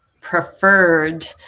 preferred